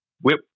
whip